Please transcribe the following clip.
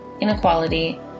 inequality